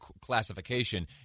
classification